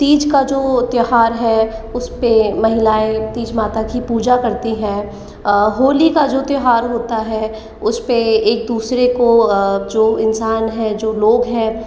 तीज का जो त्योहार है उस पे महिलाएँ तीज माता की पूजा करती हैं होली का जो त्योहार होता है उस पर एक दूसरे को जो इंसान है जो लोग हैं